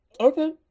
Okay